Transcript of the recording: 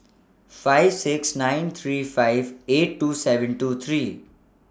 five six nine three five eight two seven two three